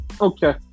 okay